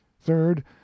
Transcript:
third